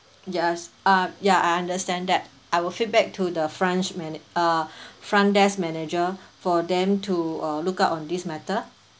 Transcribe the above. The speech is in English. yes uh ya I understand that I will feedback to the front manage~ uh front desk manager for them to uh look out on this matter